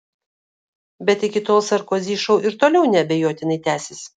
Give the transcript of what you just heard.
bet iki tol sarkozy šou ir toliau neabejotinai tęsis